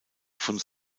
von